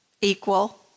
Equal